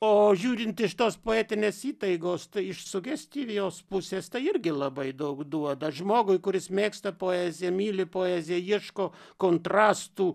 o žiūrint iš tos poetinės įtaigos iš sugestyvios pusės tai irgi labai daug duoda žmogui kuris mėgsta poeziją myli poeziją ieško kontrastų